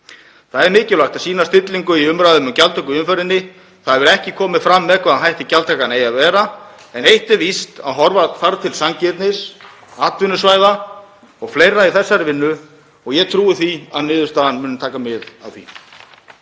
Það er mikilvægt að sýna stillingu í umræðunni um gjaldtöku í umferðinni. Það hefur ekki komið fram með hvaða hætti gjaldtakan eigi að vera en eitt er víst að horfa þarf til sanngirni, atvinnusvæða o.fl. í þessari vinnu og ég trúi því að niðurstaðan muni taka mið af því.